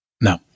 No